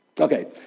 Okay